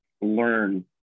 learn